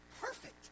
perfect